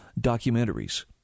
documentaries